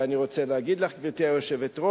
ואני רוצה להגיד לך, גברתי היושבת-ראש,